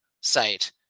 site